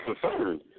concerned